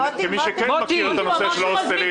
כמי שכן מכיר את הנושא של ההוסטלים,